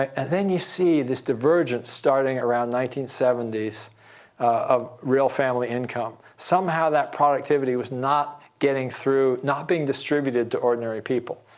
and then you see this divergence starting around nineteen seventy s of real family income. somehow that productivity was not getting through, not being distributed to ordinary people.